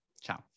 Ciao